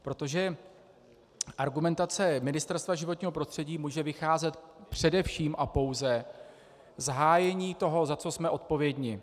Protože argumentace Ministerstva životního prostředí může vycházet především a pouze z hájení toho, za co jsme odpovědní.